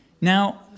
Now